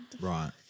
Right